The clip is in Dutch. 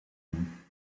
doen